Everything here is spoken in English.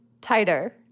Tighter